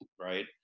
right